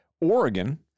Oregon